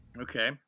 Okay